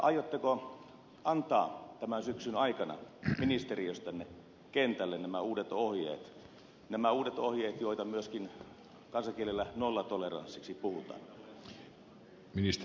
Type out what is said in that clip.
aiotteko antaa tämän syksyn aikana ministeriöstänne kentälle nämä uudet ohjeet nämä uudet ohjeet joista myöskin kansankielellä nollatoleranssina puhutaan